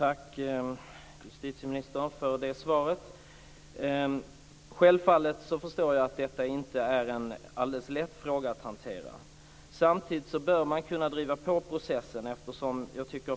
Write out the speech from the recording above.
Fru talman! Tack för det svaret, justitieministern. Självfallet förstår jag att detta är en fråga som det inte är helt lätt att hantera. Samtidigt bör man kunna driva på processen.